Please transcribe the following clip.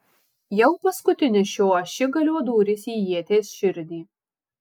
jau paskutinis šio ašigalio dūris į ieties širdį